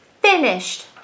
finished